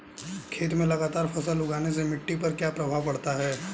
खेत में लगातार फसल उगाने से मिट्टी पर क्या प्रभाव पड़ता है?